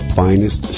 finest